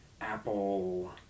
apple